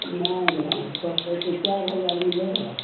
नहि नहि पोसेतै चारि हजारमे लेबै